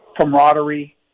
camaraderie